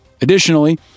Additionally